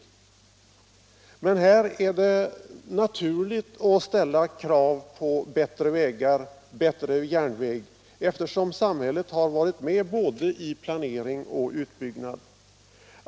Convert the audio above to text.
I detta fall är det naturligt att ställa krav på bättre vägar och bättre järnväg, eftersom samhället har varit med i både planering och utbyggnad.